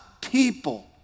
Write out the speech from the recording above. people